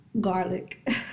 Garlic